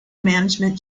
management